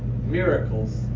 miracles